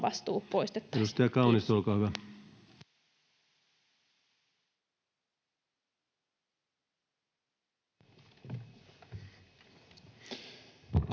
Edustaja Kaunisto, olkaa hyvä.